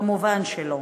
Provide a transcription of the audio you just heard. כמובן שלא.